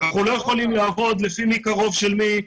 אנחנו לא יכולים לעבוד לפי מי קרוב של מי,